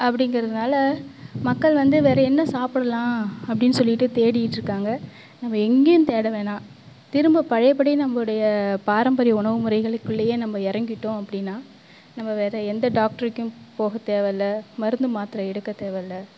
அப்படிங்கறதுனால மக்கள் வந்து வேறே என்ன சாப்பிடலாம் அப்படின்னு சொல்லிட்டு தேடிக்கிட்டிருக்காங்க நம்ம எங்கேயும் தேட வேணாம் திரும்ப பழையப்படி நம்முடைய பாரம்பரிய உணவு முறைகளுக்குள்ளயே நம்ம இறங்கிட்டோம் அப்படின்னா நம்ம வேறே எந்த டாக்டருக்கும் போக தேவை இல்லை மருந்து மாத்திரை எடுக்க தேவை இல்லை